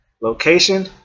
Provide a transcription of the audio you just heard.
location